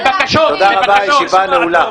תודה רבה, הישיבה נעולה.